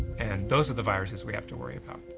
and those are the viruses we have to worry about.